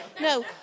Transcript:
No